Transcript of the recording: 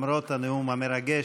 למרות הנאום המרגש.